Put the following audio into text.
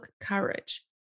courage